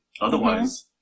Otherwise